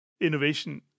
innovation